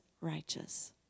righteous